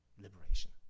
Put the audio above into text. liberation